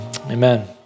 Amen